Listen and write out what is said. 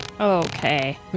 Okay